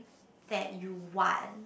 that you want